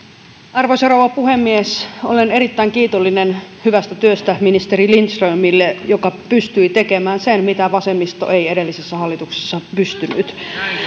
arvoisa rouva puhemies olen erittäin kiitollinen hyvästä työstä ministeri lindströmille joka pystyi tekemään sen mitä vasemmisto ei edellisessä hallituksessa pystynyt